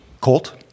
Colt